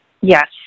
Yes